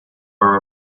are